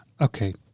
Okay